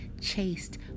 chased